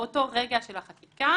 באותו רגע של החקיקה,